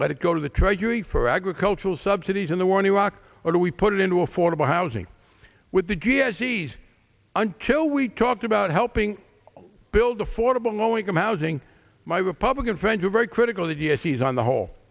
let it go to the treasury for agricultural subsidies in the war in iraq or do we put it into affordable housing with the g s t until we talked about helping build affordable low income housing my republican friends are very critical idiocies on the whole